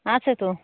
আছে তো